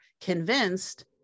convinced